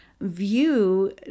view